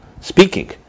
speaking